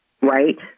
right